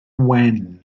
wen